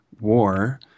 war